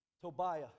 tobiah